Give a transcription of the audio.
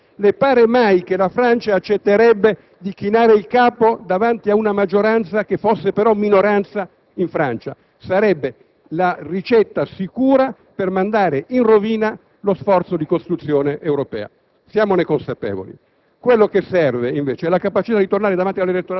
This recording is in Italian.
Un *referendum* in tutta Europa non serve a nulla. Le pare mai che la Francia accetterebbe di chinare il capo davanti ad una maggioranza che fosse però minoranza in Francia? Sarebbe la ricetta sicura per mandare in rovina lo sforzo di costruzione europea. Siamone consapevoli.